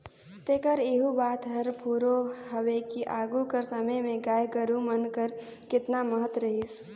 तेकर एहू बात हर फुरों हवे कि आघु कर समे में गाय गरू मन कर केतना महत रहिस